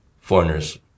foreigners